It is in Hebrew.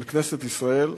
של כנסת ישראל,